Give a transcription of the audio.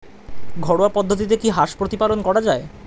ঘরোয়া পদ্ধতিতে কি হাঁস প্রতিপালন করা যায়?